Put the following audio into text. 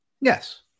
Yes